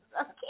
okay